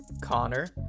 Connor